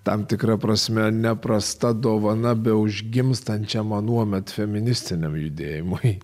tam tikra prasme neprasta dovana be užgimstančiam anuomet feministiniam judėjimui